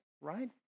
Right